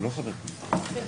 אני מודה לכל חברי הכנסת